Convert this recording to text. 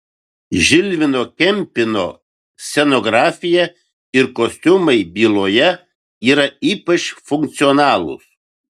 žilvino kempino scenografija ir kostiumai byloje yra ypač funkcionalūs